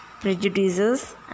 prejudices